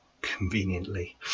conveniently